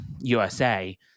USA